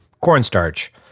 cornstarch